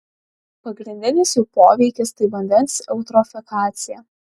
pagrindinis jų poveikis tai vandens eutrofikacija